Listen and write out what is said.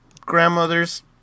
grandmother's